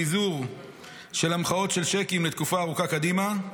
פיזור של המחאות שיקים לתקופה ארוכה קדימה.